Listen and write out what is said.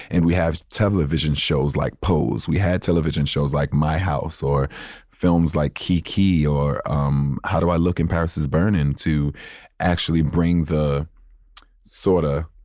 and we have television shows like pose. we had television shows like my house or films like kiki or um how do i look and paris is burning to actually bring the sort ah